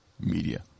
Media